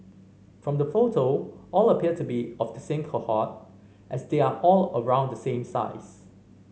from the photo all appear to be of the same cohort as they are all around the same size